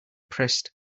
pressed